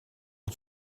het